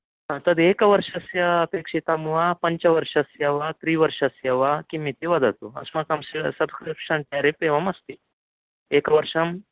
तद् एकवर्षस्य अपेक्षितं वा पञ्चवर्षस्य वा त्रिवर्षस्य वा किम् इति वदतु अस्माकं सब्स्क्रिप्षन् रेट् एवम् अस्ति एकवर्षं